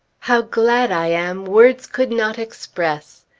how glad i am, words could not express.